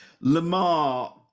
Lamar